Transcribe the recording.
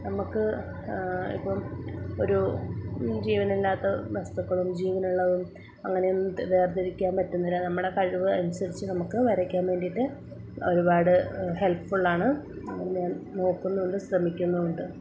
നമുക്ക് ഇപ്പം ഒരു ജീവനില്ലാത്ത വസ്തുക്കളും ജീവനുള്ളതും അങ്ങനെ വേർതിരിക്കാൻ പറ്റുന്നില്ല നമ്മുടെ കഴിവ് അനുസരിച്ച് നമുക്ക് വരയ്ക്കാൻ വേണ്ടിയിട്ട് ഒരുപാട് ഹെൽപ്ഫുൾ ആണ് ഞാൻ നോക്കുന്നുണ്ട് ശ്രമിക്കുന്നുമുണ്ട്